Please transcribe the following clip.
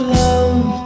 love